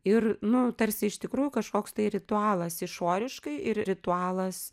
ir nu tarsi iš tikrųjų kažkoks tai ritualas išoriškai ir ritualas